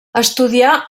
estudià